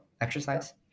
exercise